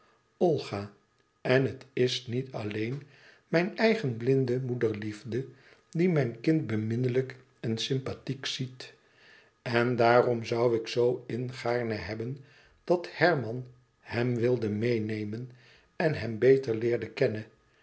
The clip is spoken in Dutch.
olga en het is niet alleen mijn eigen blinde moederliefde die mijn kind beminnelijk en sympathiek ziet en daarom zoû ik zoo ingaarne hebben dat herman hem wilde meênemen en hem beter leerde kennen